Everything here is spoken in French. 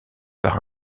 par